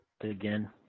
again